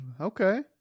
okay